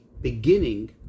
beginning